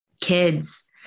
kids